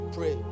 Pray